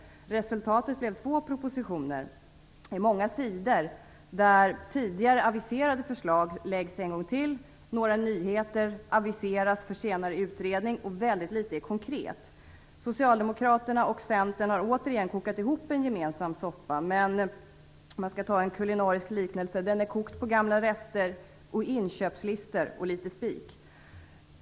Det är många sidor där tidigare aviserade förslag läggs fram en gång till. Några nyheter aviseras för senare utredning, men väldigt litet är konkret. Socialdemokraterna och Centern har återigen kokat ihop en gemensam soppa. Men om man skall göra en kulinarisk liknelse är den kokt på gamla rester, inköpslistor och litet spik.